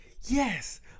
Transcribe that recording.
yes